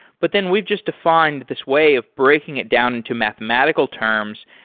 but then we've just defined this way of breaking it down into mathematical terms,